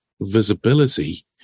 visibility